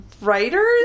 writers